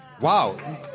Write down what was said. Wow